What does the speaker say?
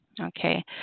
Okay